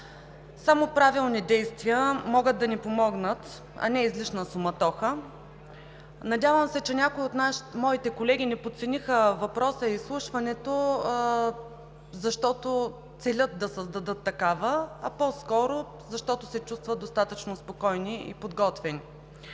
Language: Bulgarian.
само правилни действия могат да ни помогнат, а не излишна суматоха. Надявам се, че някои от моите колеги не подцениха въпроса и изслушването, защото целят да създадат такава, а по-скоро, защото се чувстват достатъчно спокойни и подготвени.